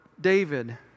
David